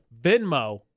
Venmo